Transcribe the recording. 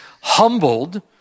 humbled